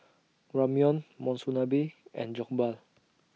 Ramyeon Monsunabe and Jokbal